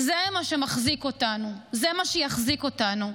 זה מה שמחזיק אותנו, זה מה שיחזיק אותנו.